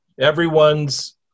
Everyone's